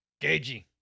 Gagey